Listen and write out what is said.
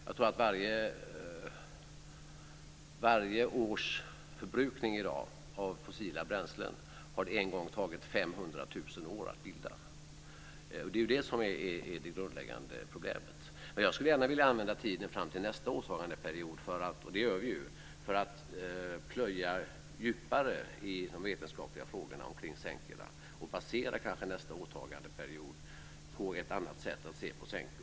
Jag tror att varje års förbrukning av fossila bränslen i dag har det en gång tagit 500 000 år att bilda. Det är ju detta som är det grundläggande problemet. Jag skulle gärna vilja använda tiden fram till nästa åtagandeperiod - och det gör vi ju - för att plöja djupare i de vetenskapliga frågorna kring sänkorna och kanske basera nästa åtagandeperiod på ett annat sätt att se på sänkor.